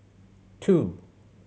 two